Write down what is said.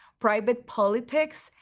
private politics,